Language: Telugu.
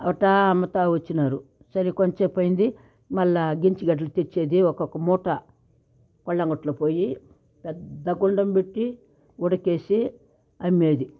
అట్టా అమ్ముతూ వచ్చినారు సరే కొంచేపు అయ్యింది మళ్ళీ గెంజు గడ్డలు తెచ్చేది ఒక్కొక్క మూట కొల్లా గిట్ల పోయి పెద్ద గుండం పెట్టి ఉడకేసి అమ్మేది